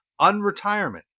unretirement